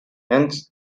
hence